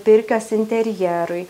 pirkios interjerui